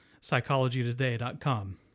PsychologyToday.com